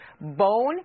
bone